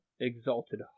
Exalted